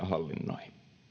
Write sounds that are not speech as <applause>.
<unintelligible> hallinnoi